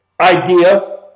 idea